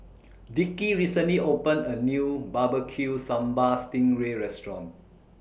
Dickie recently opened A New Barbecue Sambal Sting Ray Restaurant